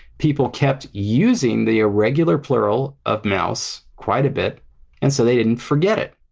people kept using the irregular plural of mouse quite a bit and so they didn't forget it.